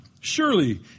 Surely